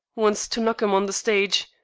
wants to knock em on the stige.